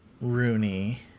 Rooney